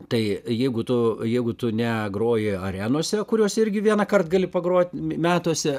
tai jeigu tu jeigu tu negroji arenose kurios irgi vienąkart gali pagrot metuose